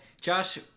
Josh